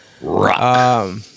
Rock